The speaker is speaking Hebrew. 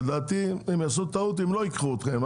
לדעתי, הם יעשו טעות אם לא ייקחו אתכם,